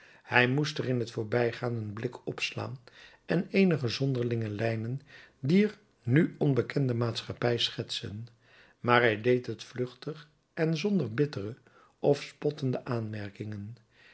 hij moest er in t voorbijgaan een blik op slaan en eenige zonderlinge lijnen dier nu onbekende maatschappij schetsen maar hij deed het vluchtig en zonder bittere of spottende aanmerkingen